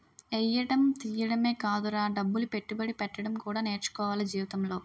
ఎయ్యడం తియ్యడమే కాదురా డబ్బులు పెట్టుబడి పెట్టడం కూడా నేర్చుకోవాల జీవితంలో